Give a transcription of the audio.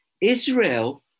Israel